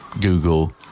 Google